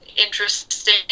interesting